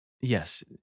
Yes